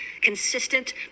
consistent